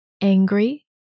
angry